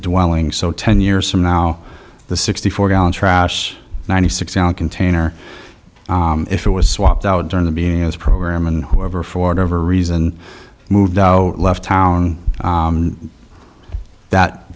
dwelling so ten years from now the sixty four gallon trash ninety six container if it was swapped out during the being as program and whoever ford ever reason moved out left town that